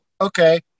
okay